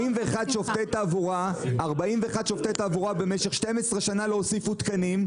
41 שופטי תעבורה במשך 12 שנה לא הוסיפו תקנים.